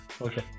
Okay